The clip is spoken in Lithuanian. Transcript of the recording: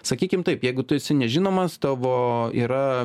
sakykim taip jeigu tu esi nežinomas tavo yra